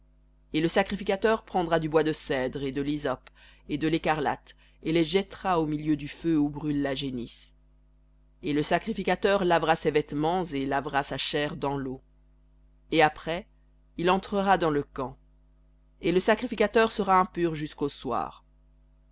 et le sacrificateur prendra du bois de cèdre et de l'hysope et de l'écarlate et les jettera au milieu du feu où brûle la génisse et le sacrificateur lavera ses vêtements et lavera sa chair dans l'eau et après il entrera dans le camp et le sacrificateur sera impur jusqu'au soir